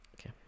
okay